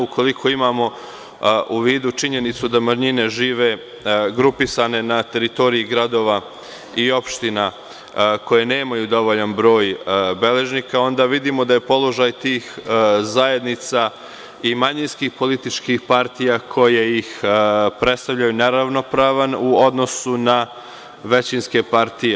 Ukoliko imamo u vidu činjenicu da manjine žive grupisane na teritoriji gradova i opština koje nemaju dovoljan broj beležnika onda vidimo da je položaj tih zajednica i manjinskih i političkih partija koje ih predstavljaju neravnopravan u odnosu na većinske partije.